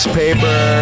paper